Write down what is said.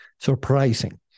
surprising